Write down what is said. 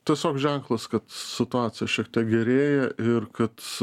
tiesiog ženklas kad situacija šiek tiek gerėja ir kad